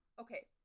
Okay